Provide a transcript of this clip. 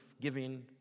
giving